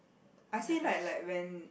I see like like when